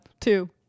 two